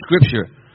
Scripture